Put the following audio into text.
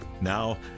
Now